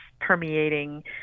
permeating